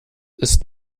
ist